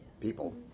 people